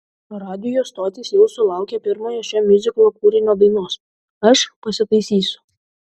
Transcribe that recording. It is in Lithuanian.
radijo stotys jau sulaukė pirmojo šio miuziklo kūrinio dainos aš pasitaisysiu